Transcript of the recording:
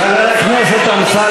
חבר הכנסת אמסלם,